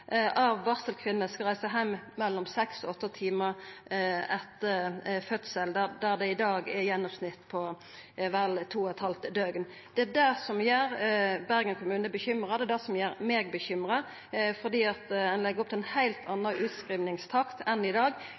av barselkvinnene skal reisa heim mellom seks og åtte timar etter fødsel, der det i dag er gjennomsnitt på vel 2,5 døgn. Det er det som gjer Bergen kommune bekymra, det er det som gjer meg bekymra, fordi ein har gått til ein heilt annan utskrivingstakt enn i dag